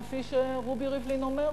כפי שרובי ריבלין אומר,